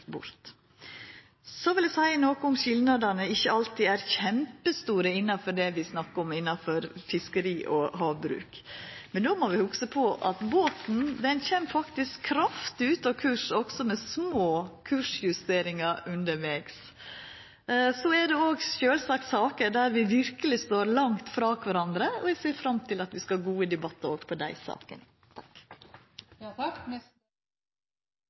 vil eg seia noko om at skilnadene ikkje alltid er kjempestore innanfor det vi snakkar om, innanfor fiskeri og havbruk. Men då må vi hugsa på at båten faktisk kjem kraftig ut av kurs også med små kursjusteringar undervegs. Så er det sjølvsagt òg saker der vi verkeleg står langt frå kvarandre, og eg ser fram til at vi skal ha gode debattar òg i dei sakene.